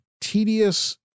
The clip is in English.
tedious